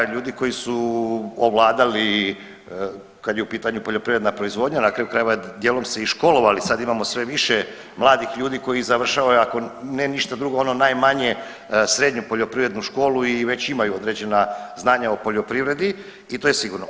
Ljudi koji su ovladali kad je u pitanju poljoprivredna proizvodnja, na kraju krajeva dijelom se i školovali, sad imamo sve više mladih ljudi koji završavaju ako ne ništa drugo, ono najmanje srednju poljoprivrednu školu i već imaju određena znanja o poljoprivredi i to je sigurno.